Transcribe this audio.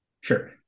Sure